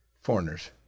Foreigners